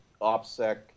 OPSEC